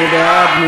מי בעד?